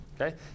Okay